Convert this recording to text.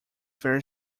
fair